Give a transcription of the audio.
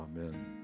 Amen